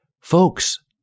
Folks